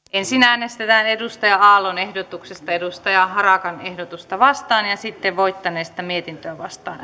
ensin äänestetään touko aallon ehdotuksesta timo harakan ehdotusta vastaan ja sitten voittaneesta mietintöä vastaan